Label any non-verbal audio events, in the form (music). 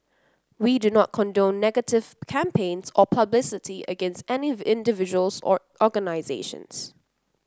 we do not condone negative campaigns or publicity against any (unintelligible) individuals or organisations